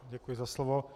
Děkuji za slovo.